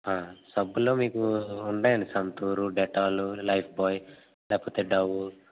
సబ్బులలో మీకు ఉంటాయండి Santoor Dettol Lifebuoy లేకపోతే డవ్వు